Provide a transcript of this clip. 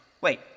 Wait